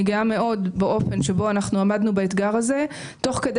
גאה מאוד באופן שבו אנחנו עמדנו באתגר הזה תוך כדי